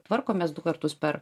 tvarkomės du kartus per